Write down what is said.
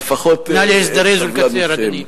נא להזדרז ולקצר, אדוני.